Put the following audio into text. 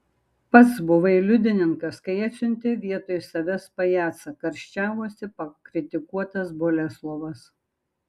pats buvai liudininkas kai atsiuntė vietoj savęs pajacą karščiavosi pakritikuotas boleslovas